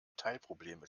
teilprobleme